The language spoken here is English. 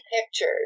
pictures